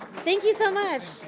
thank you so much.